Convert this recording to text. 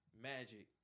Magic